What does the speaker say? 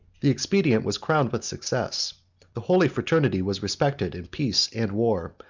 the expedient was crowned with success the holy fraternity was respected in peace and war,